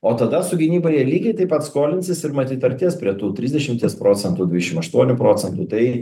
o tada su gynyba jie lygiai taip pat skolinsis ir matyt artės prie tų trisdešimties procentų dvidešim aštuonių procentų tai